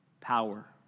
power